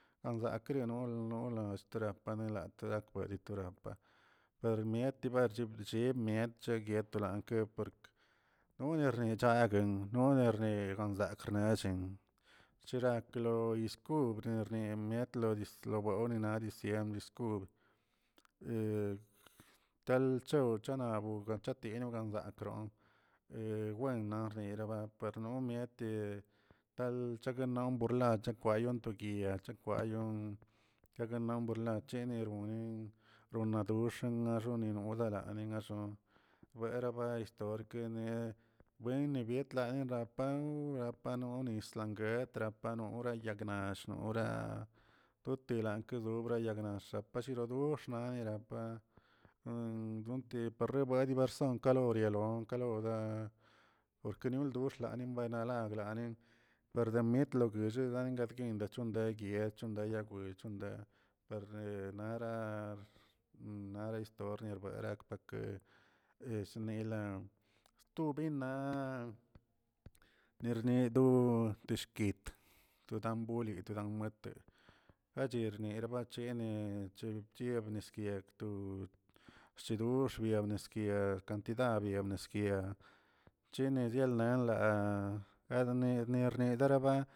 Anzakre re nol nolan trapanela trap li trapa per miet chibalachich yibmiet chagui tolankə pporkə none nirchaguen nonergui narknechin chiraklo yiz kob nermiech tlobew tlonis na yiz kobi talchow chanob ganchetino galzakə wenna rnariba arno mieti chagalon burlad kwayon toguia kwayon yagarlon bulache neronen xonadoxenla gunilolnenan beraba histore ine bueni biet arapw rapanoni tlanguet trapanoni na yaknall no naꞌ to telakes yagnax pashilot goxnarerapa pardi wen basonkə orialon kalaa porkeno ldiulxla buenala gnalen perlo mit deglollee guedguin lechon gueyt guey lechonyagullee parni naraa nara histor narakə knesnilaa stiobinna nerne doo teshquit todambolit todam gachernila bache ne chebnies yekto shedox biab neskia la rkantidad bieb nieskia cheni nieldnelnlaa kadeni nier gadabi.